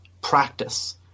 practice